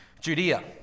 Judea